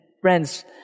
friends